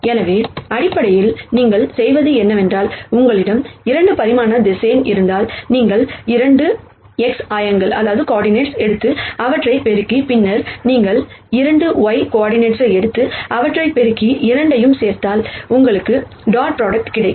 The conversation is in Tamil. எனவே அடிப்படையில் நீங்கள் செய்வது என்னவென்றால் உங்களிடம் 2 பரிமாண வெக்டர் இருந்தால் நீங்கள் 2 x கோர்டினேட் எடுத்து அவற்றை பெருக்கி பின்னர் நீங்கள் 2 y கோர்டினேட் எடுத்து அவற்றை பெருக்கி இரண்டையும் சேர்த்தால் உங்களுக்கு டாட் ப்ராடக்ட் கிடைக்கும்